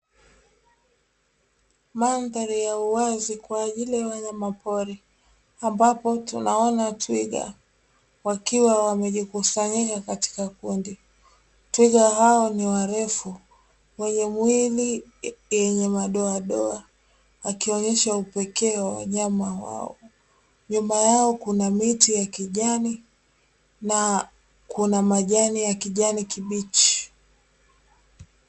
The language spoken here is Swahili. Mandhari ya uwazi kwa ajili ya wanyamapori ambapo tunaona twiga wakiwa wamejikusanya katika kundi. Twiga hao ni warefu wenye miili yenye madoadoa, akionyesha upekee wa wanyama hao nyuma yao kuna miti ya kijani na kuna majani ya kijani kibichi.